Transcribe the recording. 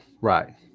right